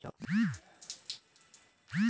যখল cheque issue ক্যইরে জেল জালিয়াতি লা হ্যয়